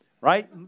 right